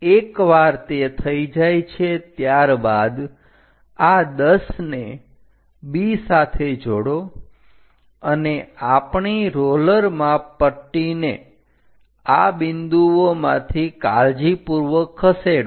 એકવાર તે થઈ જાય છે ત્યારબાદ આ 10 ને B સાથે જોડો અને આપણી રોલર માપપટ્ટીને આ બિંદુઓમાંથી કાળજીપૂર્વક ખસેડો